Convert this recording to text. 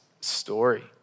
story